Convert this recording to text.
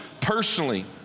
personally